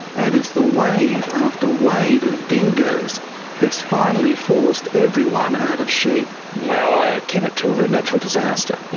and it's the wave after wave of dingoes that's finally forced everyone out of sheep. well, i akin it to a natural disaster.